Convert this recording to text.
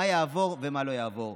מה יעבור ומה לא יעבור.